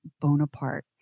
Bonaparte